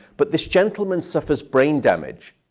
but this gentleman suffers brain damage.